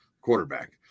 quarterback